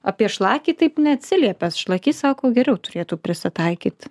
apie šlakį taip neatsiliepiat šlakys sako geriau turėtų prisitaikyt